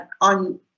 on